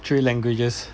three languages